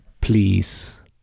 please